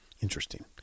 Interesting